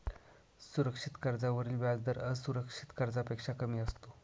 सुरक्षित कर्जावरील व्याजदर असुरक्षित कर्जापेक्षा कमी असतो